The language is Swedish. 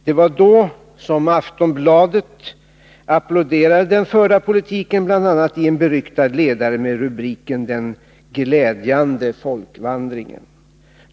Det var då Aftonbladet applåderade den förda politiken, bl.a. i en beryktad ledare med rubriken ”Den glädjande folkvandringen”.